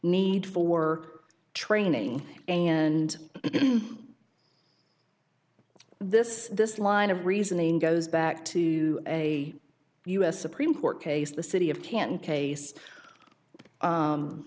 need for training and this this line of reasoning goes back to a u s supreme court case the city of canton case